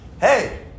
Hey